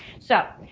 so,